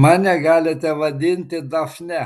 mane galite vadinti dafne